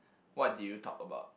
what did you talk about